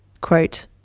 quote,